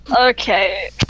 Okay